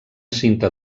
cinta